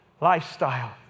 lifestyle